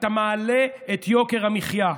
אתה מעלה את יוקר המחיה.